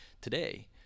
today